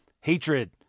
Hatred